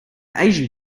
asian